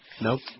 Nope